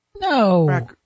no